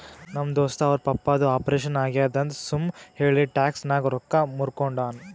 ನಮ್ ದೋಸ್ತ ಅವ್ರ ಪಪ್ಪಾದು ಆಪರೇಷನ್ ಆಗ್ಯಾದ್ ಅಂತ್ ಸುಮ್ ಹೇಳಿ ಟ್ಯಾಕ್ಸ್ ನಾಗ್ ರೊಕ್ಕಾ ಮೂರ್ಕೊಂಡಾನ್